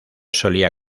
solía